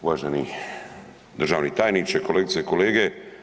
Uvaženi državni tajniče, kolegice i kolege.